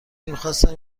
میخواستم